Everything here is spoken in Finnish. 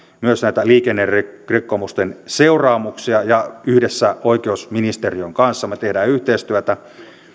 myös näitä liikennerikkomusten seuraamuksia yhdessä oikeusministeriön kanssa me teemme yhteistyötä